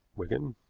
wigan.